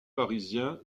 parisien